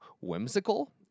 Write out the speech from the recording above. whimsical